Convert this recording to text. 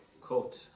coat